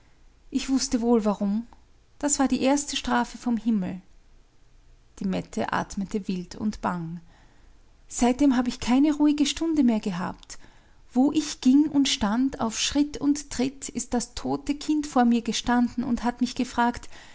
ich wußte wohl warum das war die erste strafe vom himmel die mette atmete wild und bang seitdem hab ich keine ruhige stunde mehr gehabt wo ich ging und stand auf schritt und tritt ist das tote kind vor mir gestanden und hat mich gefragt